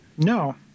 No